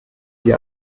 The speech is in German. sie